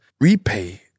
repay